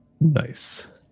Nice